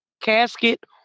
casket